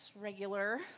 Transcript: regular